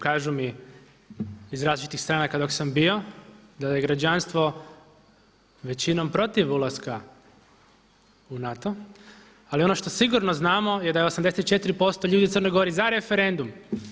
Kažu mi iz različitih stranaka dok sam bio da je građanstvo većinom protiv ulaska u NATO, ali ono što sigurno znamo je da je 84% ljudi u Crnoj Gori za referendum.